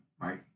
Right